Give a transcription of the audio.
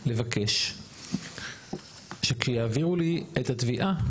לבקש שכשיעבירו לי את התביעה,